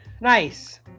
Nice